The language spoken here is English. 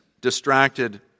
distracted